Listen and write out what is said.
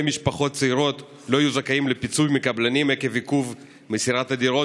משפחות צעירות לא יהיו זכאיות לפיצוי מקבלנים עקב עיכוב במסירת דירות,